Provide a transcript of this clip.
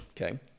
okay